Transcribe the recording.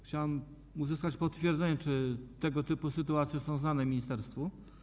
Chciałem uzyskać potwierdzenie, czy tego typu sytuacje są znane ministerstwu.